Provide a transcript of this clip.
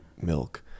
milk